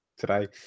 today